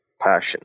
passion